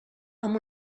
amb